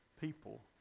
people